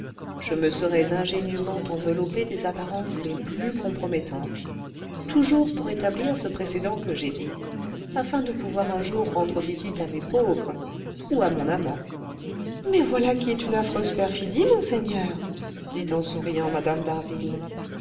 je me serais ingénument enveloppée des apparences les plus compromettantes toujours pour établir ce précédent que j'ai dit afin de pouvoir un jour rendre visite à mes pauvres ou à mon amant mais voilà qui est une affreuse perfidie monseigneur dit en souriant mme